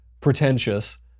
pretentious